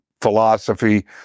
philosophy